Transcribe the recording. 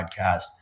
podcast